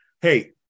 Hey